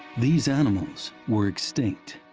these animals were extinct,